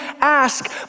ask